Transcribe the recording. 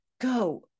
go